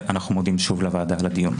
אנחנו מודים שוב לוועדה על הדיון.